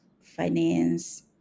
finance